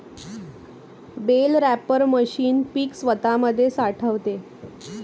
bell wrapper machine पीक स्वतामध्ये साठवते